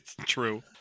true